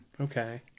Okay